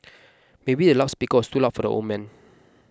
maybe the loud speaker was too loud for the old man